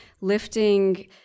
lifting